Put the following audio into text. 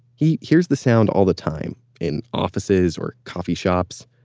he hears the sound all the time, in offices or coffee shops.